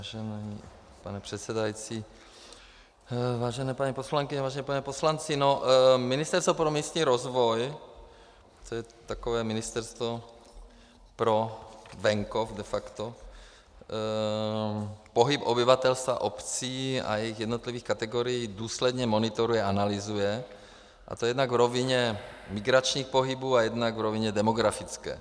Vážený pane předsedající, vážené paní poslankyně, vážení páni poslanci, Ministerstvo pro místní rozvoj, to je takové ministerstvo pro venkov de facto, pohyb obyvatelstva obcí a jejich jednotlivých kategorií důsledně monitoruje a analyzuje, a to jednak v rovině migračních pohybů a jednak v rovině demografické.